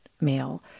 male